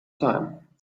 time